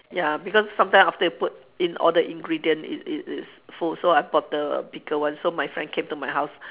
ya because sometimes after you put in all the ingredient it it it's full so I bought the bigger one so my friend came to my house